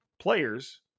players